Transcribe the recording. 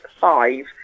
five